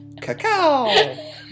cacao